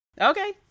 Okay